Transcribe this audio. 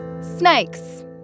snakes